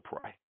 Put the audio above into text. pray